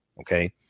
okay